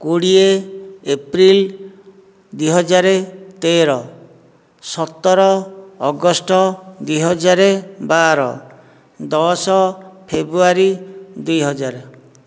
କୋଡ଼ିଏ ଏପ୍ରିଲ ଦୁଇ ହଜାର ତେର ସତର ଅଗଷ୍ଟ ଦୁଇ ହଜାର ବାର ଦଶ ଫେବୃଆରୀ ଦୁଇ ହଜାର